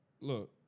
Look